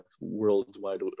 worldwide